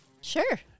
Sure